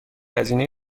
هزینه